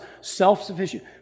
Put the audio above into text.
self-sufficient